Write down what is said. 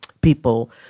people